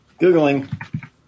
Googling